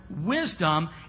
wisdom